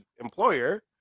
employer